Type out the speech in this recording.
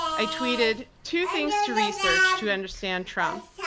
i tweeted two things to research to understand trump.